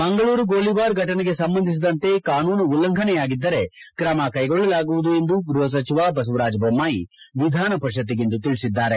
ಮಂಗಳೂರು ಗೋಲಿಬಾರ್ ಘಟನೆಗೆ ಸಂಬಂಧಿಸಿದಂತೆ ಕಾನೂನು ಉಲ್ಲಂಘನೆಯಾಗಿದ್ದರೆ ತ್ರಮ ಕೈಗೊಳ್ಳಲಾಗುವುದು ಎಂದು ಗೃಹ ಸಚಿವ ಬಸವರಾಜ ಬೊಮ್ಮಾಯಿ ವಿಧಾನ ಪರಿಷತ್ತಿಗಿಂದು ತಿಳಿಸಿದ್ದಾರೆ